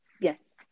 Yes